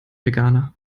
veganer